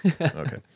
Okay